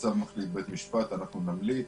בצו מחליט בית המשפט, אנחנו נמליץ.